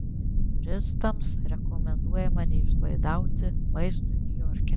turistams rekomenduojama neišlaidauti maistui niujorke